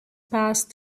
passed